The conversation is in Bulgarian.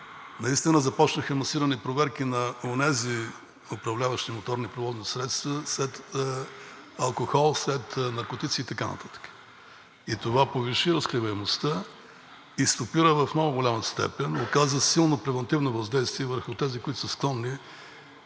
наистина започнаха масирани проверки на онези управляващи моторни превозни средства – след алкохол, след наркотици и така нататък, а това повиши разкриваемостта, стопира в много голяма степен и оказа силно превантивно въздействие върху тези, които са склонни